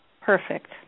Perfect